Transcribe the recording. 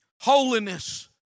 Holiness